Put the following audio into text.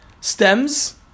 stems